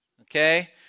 Okay